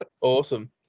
awesome